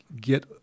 get